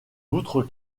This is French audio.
outre